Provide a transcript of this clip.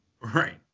right